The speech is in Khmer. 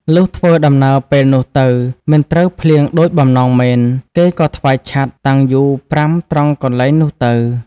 លុះធ្វើដំណើរពេលនោះទៅ មិនត្រូវភ្លៀងដូចបំណងមែន គេក៏ថ្វាយឆត្រ តាំងយូ5ត្រង់កន្លែងនោះទៅ ។